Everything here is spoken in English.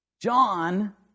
John